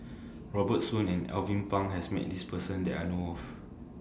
Robert Soon and Alvin Pang has Met This Person that I know of